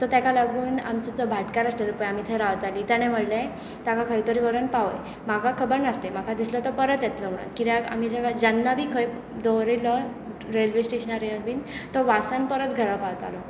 so ताका लागून आमचो तो भाटकार आसलो पळय आमी थंय रावताली तांणे म्हणलें ताका खंय तरी व्हरून पावय म्हाका खबर नासलें म्हाका दिसलें तो परत येतलो म्हूण कित्याक आमी जेन्ना बी खंय दवरिल्लो रेल्वे स्टेशनार बी तो वासान परत घरा पावतालो